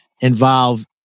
involve